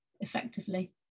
effectively